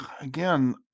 again